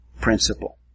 principle